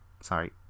sorry